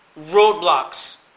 roadblocks